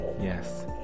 Yes